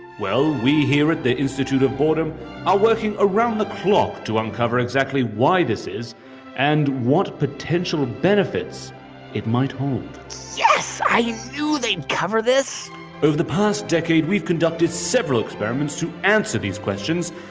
well, we here at the institute of boredom ah working around the clock to uncover exactly why this is and what potential benefits it might hold yes, i knew they'd cover this over the past decade, we've conducted several experiments to answer these questions.